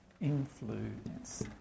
Influence